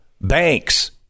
banks